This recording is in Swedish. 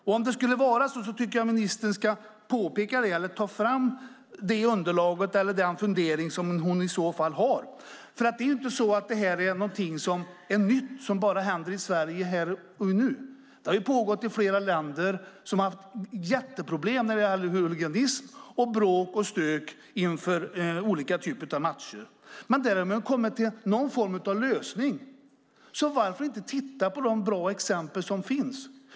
Om det är så tycker jag att ministern ska ta fram det underlaget eller den fundering hon har. Det här är inget nytt som bara händer i Sverige här och nu. Det här har pågått i flera länder som har haft stora problem med huliganism, bråk och stök inför olika typer av matcher. Men där har de kommit fram till någon form av lösning. Varför inte titta på de bra exempel som finns?